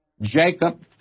Jacob